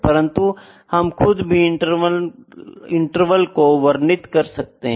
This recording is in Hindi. परन्तु हम खुद भी इंटरवल को वर्णित कर सकते है